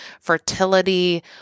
fertility